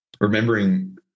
remembering